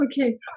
Okay